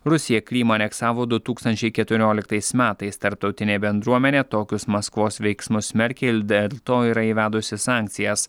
rusija krymą aneksavo du tūkstančiai keturioliktais metais tarptautinė bendruomenė tokius maskvos veiksmus smerkė dėl to yra įvedusi sankcijas